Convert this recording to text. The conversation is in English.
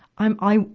i'm, i,